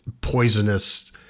poisonous